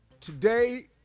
Today